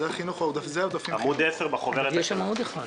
נגד העברות למשרד החינוך.